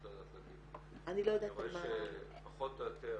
אני רואה שפחות או יותר,